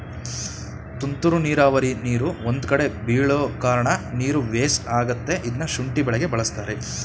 ತುಂತುರು ನೀರಾವರಿ ನೀರು ಒಂದ್ಕಡೆ ಬೀಳೋಕಾರ್ಣ ನೀರು ವೇಸ್ಟ್ ಆಗತ್ತೆ ಇದ್ನ ಶುಂಠಿ ಬೆಳೆಗೆ ಬಳಸ್ತಾರೆ